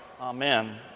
Amen